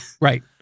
Right